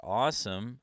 awesome